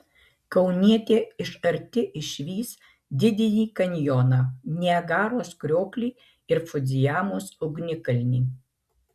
kaunietė iš arti išvys didįjį kanjoną niagaros krioklį ir fudzijamos ugnikalnį